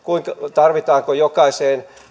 tarvitaanko jokaiseen